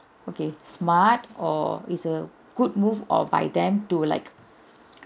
okay smart or it's a good move or by them to like